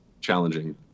challenging